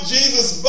Jesus